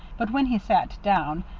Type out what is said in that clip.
but when he sat down,